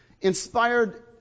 Inspired